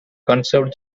conserved